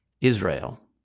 Israel